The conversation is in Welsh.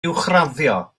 uwchraddio